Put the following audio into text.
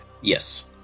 Yes